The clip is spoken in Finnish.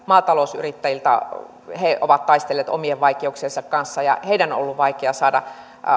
maatalousyrittäjät ovat taistelleet omien vaikeuksiensa kanssa ja heidän on ollut vaikea saada